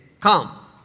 come